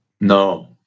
No